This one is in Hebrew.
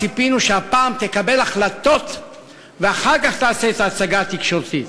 ציפינו שהפעם תקבל החלטות ואחר כך תעשה את ההצגה התקשורתית.